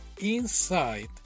inside